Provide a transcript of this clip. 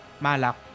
Malak